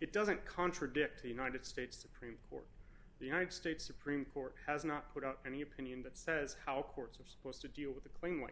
it doesn't contradict the united states supreme court the united states supreme court has not put up any opinion that says how courts are supposed to deal with a claim like